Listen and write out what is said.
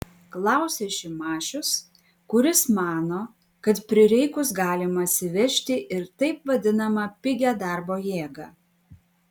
klausia šimašius kuris mano kad prireikus galima atsivežti ir taip vadinamą pigią darbo jėgą